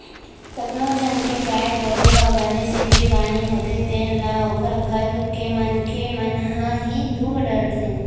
कतको झन के गाय गरु ह बने सिधवी बानी होथे तेन ल ओखर घर के मनखे मन ह ही दूह डरथे